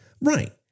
Right